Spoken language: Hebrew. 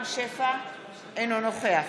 אינו נוכח